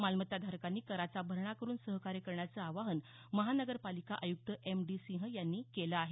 मालमत्ता धारकांनी कराचा भरणा करून सहकार्य करण्याचं आवाहन महानगर पालिका आयुक्त एम डी सिंह यांनी केलं आहे